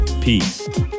Peace